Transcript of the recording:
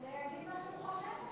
אולי הוא יגיד מה שהוא חושב.